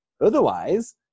Otherwise